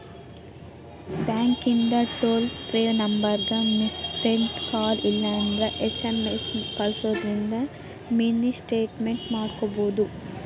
ಬ್ಯಾಂಕಿಂದ್ toll free ನಂಬರ್ಗ missed call ಇಲ್ಲಂದ್ರ ಎಸ್.ಎಂ.ಎಸ್ ಕಲ್ಸುದಿಂದ್ರ ಮಿನಿ ಸ್ಟೇಟ್ಮೆಂಟ್ ಪಡ್ಕೋಬೋದು